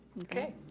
okay,